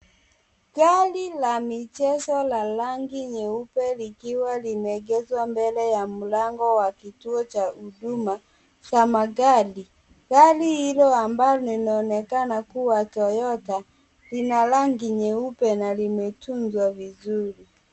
Gari la michezo la rangi nyeupe likiwa limeegeshwa mbele ya mlango wa kituo cha huduma cha magari, gari hilo ambalo linaonekana kuwa toyota lina rangi nyeupe na limetunzwa vizuri.